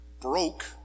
broke